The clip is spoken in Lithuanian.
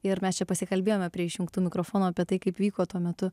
ir mes čia pasikalbėjome prie išjungtų mikrofonų apie tai kaip vyko tuo metu